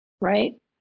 right